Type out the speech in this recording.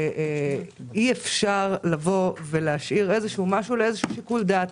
אי-אפשר להשאיר משהו לשיקול דעת,